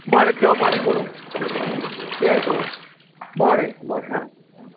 बरें देव बरें करूं एस एस बरें बरें आं